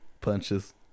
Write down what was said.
punches